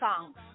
songs